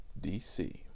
DC